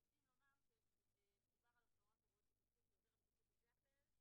כאן אנחנו הגדרנו את עוזר הבטיחות כ-ת"פ של מנהל העבודה.